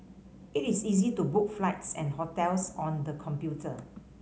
it is easy to book flights and hotels on the computer